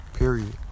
Period